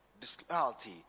disloyalty